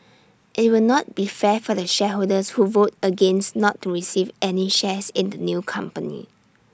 IT will not be fair for the shareholders who vote against not to receive any shares in the new company